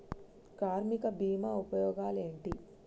కార్మిక బీమా ఉపయోగాలేంటి?